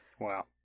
Wow